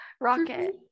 Rocket